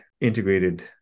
integrated